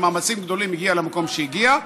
במאמצים גדולים הגיע למקום שהגיע,